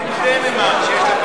מה עם דנמרק, שיש לך שם פחות מ-12?